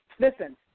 Listen